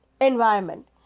environment